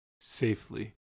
safely